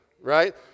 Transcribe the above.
right